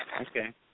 Okay